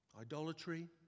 idolatry